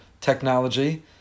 technology